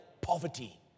poverty